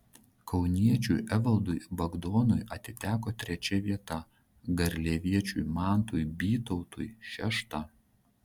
kauniečiui evaldui bagdonui atiteko trečia vieta garliaviečiui mantui bytautui šešta